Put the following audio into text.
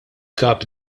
kap